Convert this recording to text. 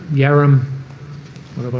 yarram what have i